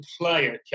player